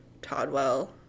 Toddwell